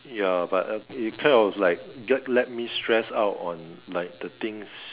ya but uh it kind of like get let me stress out on like the things